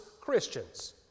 Christians